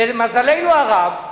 למזלנו הרב,